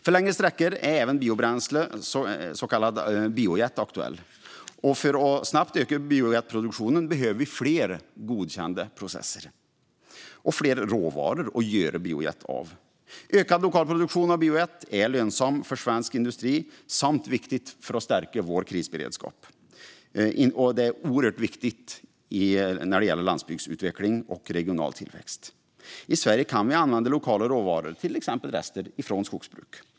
För längre sträckor är även biobränsle, så kallad biojet, aktuellt. För att snabbt öka biojetproduktionen behöver vi fler godkända processer och fler råvaror att göra biojet av. Ökad lokal produktion av biojet är lönsamt för svensk industri samt viktigt för att stärka vår krisberedskap, och det är oerhört viktigt för landsbygdsutveckling och regional tillväxt. I Sverige kan vi använda lokala råvaror, till exempel rester från skogsbruk.